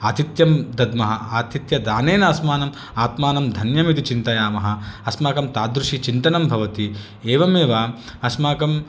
आतिथ्यं दद्मः आतिथ्यदानेन अस्मानम् आत्मानं धन्यमिति चिन्तयामः अस्माकं तादृशी चिन्तनं भवति एवमेव अस्माकं